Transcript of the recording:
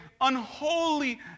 unholy